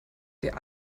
der